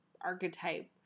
archetype